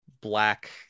black